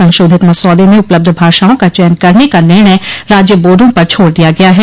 संशोधित मसौदे में उपलब्ध भाषाओं का चयन करने का निर्णय राज्य बोर्डों पर छोड़ दिया गया है